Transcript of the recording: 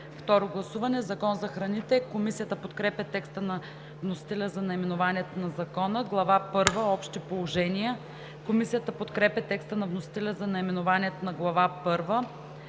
Второ гласуване. „Закон за храните“.“ Комисията подкрепя текста на вносителя за наименованието на Закона. „Глава първа – Общи положения“. Комисията подкрепя текста на вносителя за наименованието на Глава